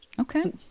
Okay